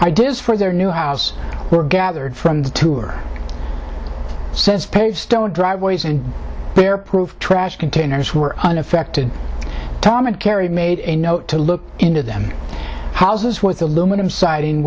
ideas for their new house were gathered from the tour says perry of stone driveways and bear proof trash containers were unaffected tom and kerry made a note to look into them houses with aluminum siding